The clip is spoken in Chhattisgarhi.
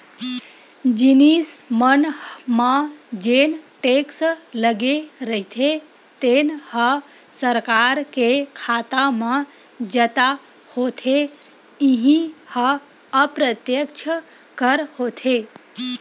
जिनिस मन म जेन टेक्स लगे रहिथे तेन ह सरकार के खाता म जता होथे इहीं ह अप्रत्यक्छ कर होथे